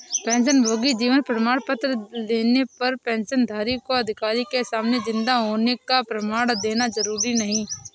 पेंशनभोगी जीवन प्रमाण पत्र लेने पर पेंशनधारी को अधिकारी के सामने जिन्दा होने का प्रमाण देना जरुरी नहीं